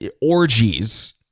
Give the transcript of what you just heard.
orgies